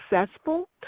successful